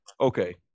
Okay